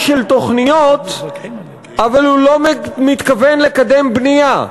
של תוכניות אבל הוא לא מתכוון לקדם בנייה.